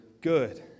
good